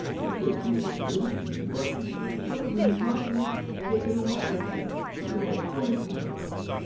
you good people give it to me, but your children might wish to take it away again. you are quite right,